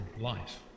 life